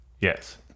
Yes